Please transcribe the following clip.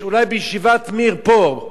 בישיבת "מיר" פה,